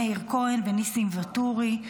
מאיר כהן וניסים ואטורי.